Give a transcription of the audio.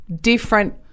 Different